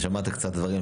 אתה שמעת קצת דברים,